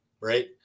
right